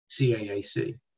CAAC